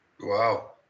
Wow